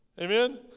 Amen